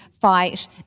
fight